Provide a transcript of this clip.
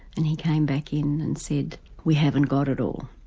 and he came back in and said we haven't got it all.